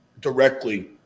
directly